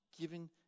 given